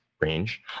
range